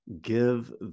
give